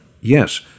yes